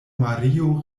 mario